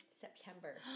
September